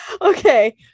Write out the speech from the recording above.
Okay